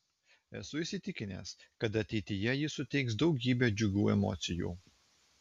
esu įsitikinęs kad ateityje ji suteiks daugybę džiugių emocijų